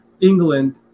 England